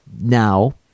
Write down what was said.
now